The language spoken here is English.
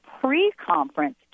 pre-conference